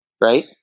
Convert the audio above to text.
right